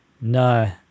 No